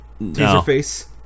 Taserface